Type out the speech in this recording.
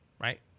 right